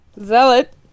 Zealot